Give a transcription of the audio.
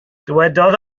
dywedodd